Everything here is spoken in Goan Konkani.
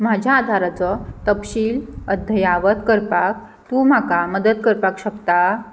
म्हज्या आधाराचो तपशील अध्यावत करपाक तूं म्हाका मदत करपाक शकता